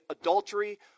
adultery